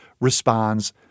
responds